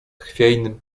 chwiejnym